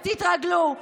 תתרגלו, תתרגלו.